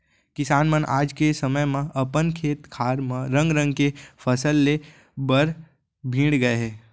किसान मन आज के समे म अपन खेत खार म रंग रंग के फसल ले बर भीड़ गए हें